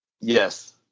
Yes